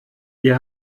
ihr